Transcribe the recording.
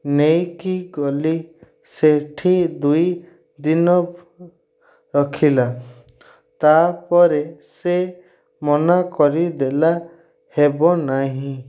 ନେଇକି ଗଲି ସେଠି ଦୁଇ ଦିନ ରଖିଲା ତା'ପରେ ସେ ମନା କରିଦେଲା ହେବ ନାହିଁ